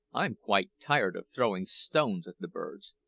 i'm quite tired of throwing stones at the birds.